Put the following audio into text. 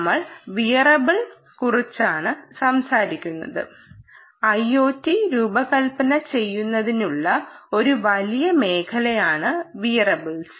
നമ്മൾ വിയറബിൾസിനെ കുറിച്ചാണ് സംസാരിക്കുന്നത് IOT രൂപകൽപ്പന ചെയ്യുന്നതിനുള്ള ഒരു വലിയ മേഖലയാണ് വിയറബിൾസ്